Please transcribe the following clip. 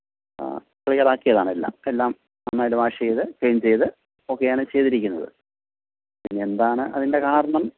ആ ക്ലിയർ ആക്കിയതാണ് എല്ലാം എല്ലാം നന്നായിട്ട് വാഷ് ചെയ്ത് ക്ലീൻ ചെയ്ത് ഒക്കെയാണ് ചെയ്തിരിക്കുന്നത് പിന്നെ എന്താണ് അതിൻ്റെ കാരണം